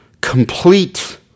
complete